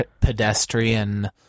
pedestrian